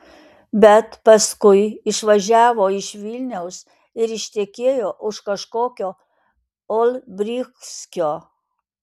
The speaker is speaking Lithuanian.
bet paskui išvažiavo iš vilniaus ir ištekėjo už kažkokio olbrychskio